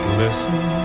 listen